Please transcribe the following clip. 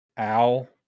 Owl